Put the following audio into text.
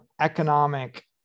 economic